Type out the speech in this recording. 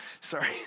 Sorry